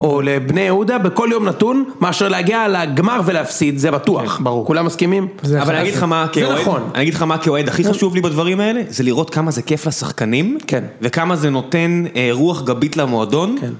או לבני יהודה, בכל יום נתון, מאשר להגיע לגמר ולהפסיד, זה בטוח. ברור. כולם מסכימים? זה נכון. אבל אני אגיד לך מה כאוהד הכי חשוב לי בדברים האלה, זה לראות כמה זה כיף לשחקנים, וכמה זה נותן רוח גבית למועדון.